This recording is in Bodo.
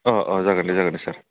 अह अह जागोन दे जागोन दे सार